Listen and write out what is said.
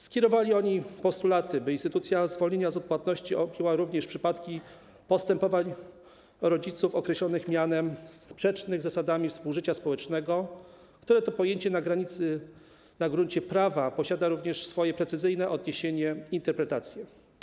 Skierowali oni postulaty, by instytucja zwolnienia z odpłatności objęła również przypadki dotyczące postępowań rodziców określonych mianem sprzecznych z zasadami współżycia społecznego, które to pojęcie na gruncie prawa posiada również swoje precyzyjne odniesienie i interpretacje.